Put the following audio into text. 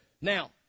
Now